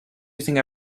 using